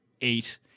eight